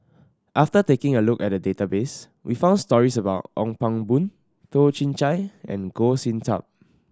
after taking a look at the database we found stories about Ong Pang Boon Toh Chin Chye and Goh Sin Tub